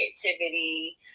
creativity